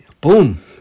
boom